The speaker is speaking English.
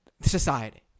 society